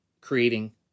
creating